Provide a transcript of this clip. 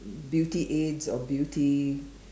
beauty aids or beauty